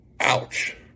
Ouch